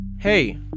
hey